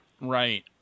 Right